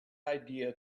idea